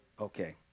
okay